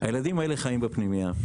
הילדים האלה חיים בפנימייה.